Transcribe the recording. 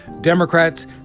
Democrats